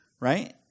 right